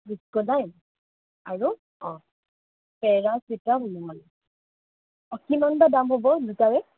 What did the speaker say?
ভিস্কোডাইন আৰু পেৰাচিতামল কিমান বা দাম হ'ব দুইটাৰে